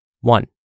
One